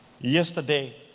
Yesterday